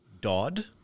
Dodd